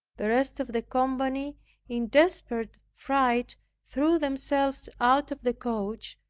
the rest of the company in desperate fright threw themselves out of the coach,